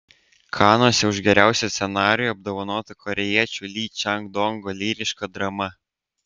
kanuose už geriausią scenarijų apdovanota korėjiečio ly čang dongo lyriška drama